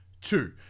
two